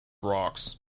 rocks